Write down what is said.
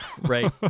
right